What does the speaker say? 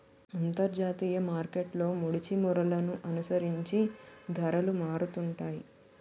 అంతర్జాతీయ మార్కెట్లో ముడిచమురులను అనుసరించి ధరలు మారుతుంటాయి